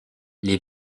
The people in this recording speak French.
les